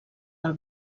del